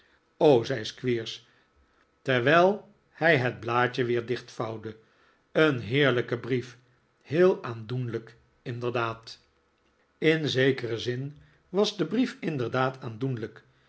zei squeers terwijl hij het blaadje weer dichtvouwde een heerlijke brief heel aandoenlijk inderdaad in zekeren zin was de brief inderdaad aandoenlijk